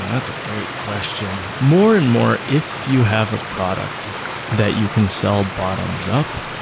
that's a great question. more and more, if you have a product that you can sell bottoms up,